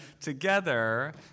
together